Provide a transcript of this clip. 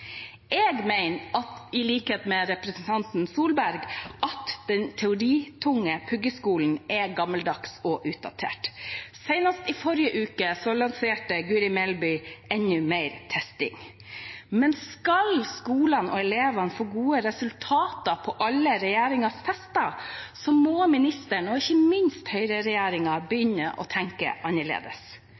Jeg mener i likhet med representanten Torstein Tvedt Solberg at den teoritunge puggeskolen er gammeldags og utdatert. Senest i forrige uke lanserte Guri Melby enda mer testing. Men skal skolene og elevene få gode resultater på alle regjeringens tester, må ministeren og ikke minst høyreregjeringen begynne å tenke annerledes.